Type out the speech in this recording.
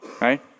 right